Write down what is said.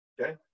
Okay